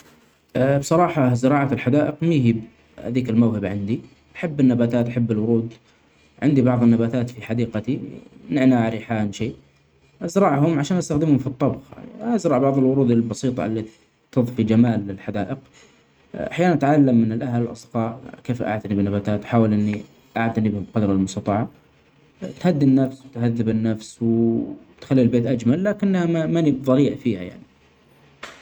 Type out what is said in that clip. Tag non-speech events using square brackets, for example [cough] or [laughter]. ا بصراحة زراعة الحدائق [unintelligible] هذه الموهبة عندي أحب النباتات أحب الورود ، عندي بعض النباتات في حديقتي، [hesitation] نعناع ،ريحان، شئ أزرعهم عشان أستخدمهم في الطبخ. أزرع بعض الورود البسيطه اللي تطفي جمال للحدائق [noise] أحيانا أتعلم من الأهل الأصدقاء كيف أعتني بانباتات أحاول إني [noise] أعتني بهم قدر المستطاع تهدي النفس وتهذب النفس ، و [hesitation] تخلي البيت أجمل ما- ماني ظريع فيه يعني.